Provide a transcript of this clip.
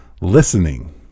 listening